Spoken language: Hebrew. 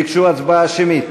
ביקשו הצבעה שמית.